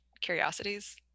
curiosities